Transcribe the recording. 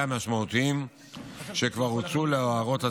משמעותיים שכבר הוצאו להערות הציבור.